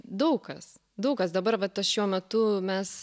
daug kas daug kas dabar vat aš šiuo metu mes